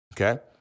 okay